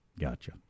Gotcha